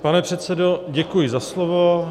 Pane předsedo, děkuji za slovo.